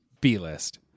B-List